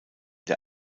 der